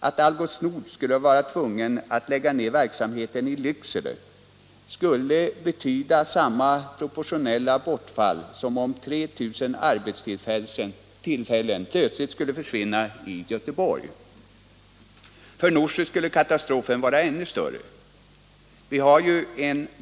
Om Algots Nord skulle tvingas lägga ned verksamheten i Lycksele, skulle det betyda samma proportionella bortfall som om 3 000 arbetstillfällen plötsligt skulle försvinna i Göteborg. För Norsjö skulle katastrofen vara ännu större.